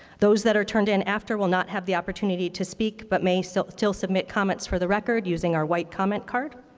those that are turned in after will not have the opportunity to speak but may so still submit comments for the record using our white comment card.